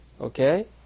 Okay